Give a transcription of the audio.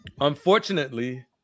unfortunately